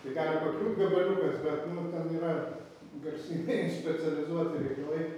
tai gali pakliūt gabaliukas bet nu ten yra garsynai specializuoti reikalai